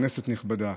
כנסת נכבדה,